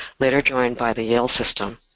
later joined by the yale system,